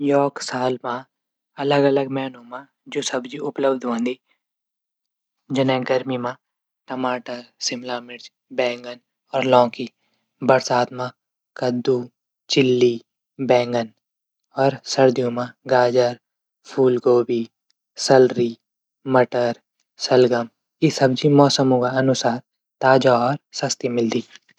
एक साल मा अलग अलग मैहनों मा जू सब्जी उपलब्ध होंदी। जनई गर्मी मा टमाटर सिमला मिर्च बैंगन लौकी बरसात मा कददू चिली बैगन। अर सर्दियों मा गाजर फूलगोभी, शलरी, मटर, शलजम, सब्जी मौसम अनुसार ताजा और सस्ती मिलदी।